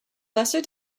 lesser